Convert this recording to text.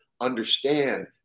Understand